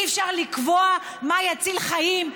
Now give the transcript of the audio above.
אי-אפשר לקבוע מה יציל חיים?